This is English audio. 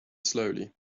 slowly